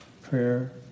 prayer